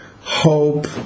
hope